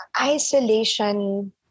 isolation